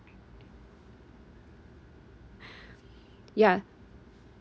ya